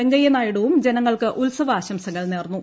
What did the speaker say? വെങ്കയ്യനായിഡുവും ജനങ്ങൾക്ക് ഉത്സവ ആശംസകൾ നേർന്നു